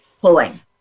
pulling